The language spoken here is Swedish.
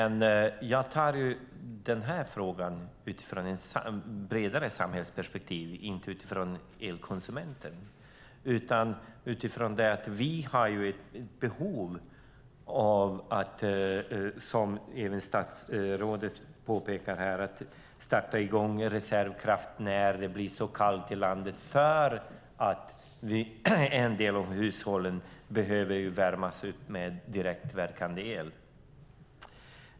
Jag ser den här frågan utifrån ett bredare samhällsperspektiv och inte utifrån elkonsumenten. Vi har ett behov av, som även statsrådet påpekar här, att starta reservkraft när det blir kallt i landet eftersom en del av husen behöver värmas upp med direktverkande el.